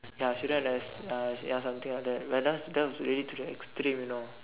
ya shouldn't have uh ya something like that but that that was really to the extreme you know